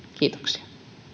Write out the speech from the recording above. kiitoksia